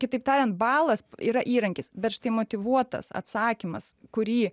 kitaip tariant balas yra įrankis bet štai motyvuotas atsakymas kurį